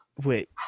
Wait